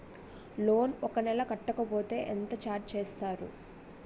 Loan ఒక నెల కట్టకపోతే ఎంత ఛార్జ్ చేస్తారు?